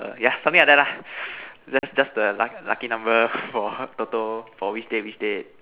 err yeah something like that lah then just the luck lucky number for toto for which date which date